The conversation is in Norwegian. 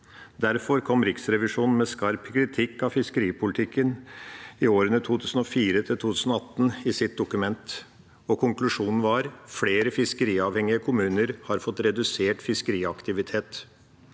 Derfor kom Riksrevisjonen med skarp kritikk av fiskeripolitikken i årene 2004–2018 i sitt dokument. Konklusjonen var at flere fiskeriavhengige kommuner har fått redusert fiskeriaktivitet.